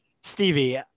Stevie